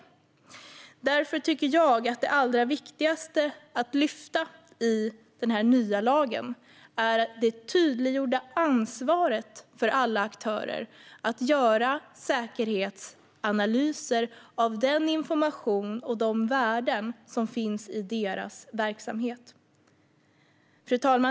Därför tycker jag att det allra viktigaste att lyfta i denna nya lag är det tydliggjorda ansvaret för alla aktörer att göra säkerhetsanalyser av den information och de värden som finns i deras verksamhet. Fru talman!